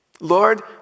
Lord